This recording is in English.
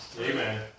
Amen